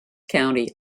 county